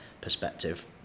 perspective